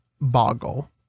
Boggle